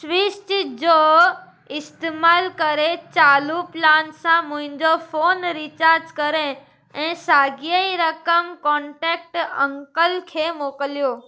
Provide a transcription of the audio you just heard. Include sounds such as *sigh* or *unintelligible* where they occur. *unintelligible* जो इस्तेमाल करे चालू प्लान सां मुंहिंजो फ़ोन रीचार्ज करे ऐं साॻिए ई रक़म कोन्टेक्ट अंकल खे मोकिलियो